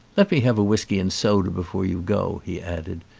let me have a whisky and soda before you go, he added,